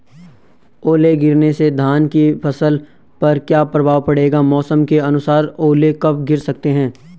ओले गिरना से धान की फसल पर क्या प्रभाव पड़ेगा मौसम के अनुसार ओले कब गिर सकते हैं?